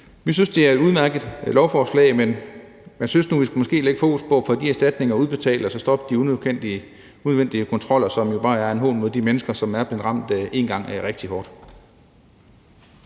Vi synes, det er et udmærket lovforslag, men jeg synes nu, at vi måske skulle lægge fokus på at få de erstatninger udbetalt og så stoppe de unødvendige kontroller, som jo bare er en hån mod de mennesker, som en gang er blevet ramt rigtig hårdt.